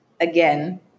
again